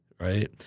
right